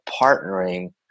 partnering